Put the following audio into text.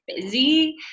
busy